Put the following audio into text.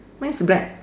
mine's black